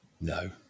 No